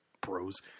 bros